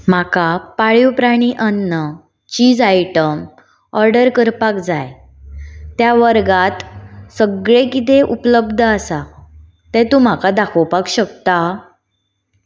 म्हाका पाळीव प्राणी अन्न चीज आयटम ऑर्डर करपाक जाय त्या वर्गांत सगळें कितें उपलब्ध आसा तें तूं म्हाका दाखोवपाक शकता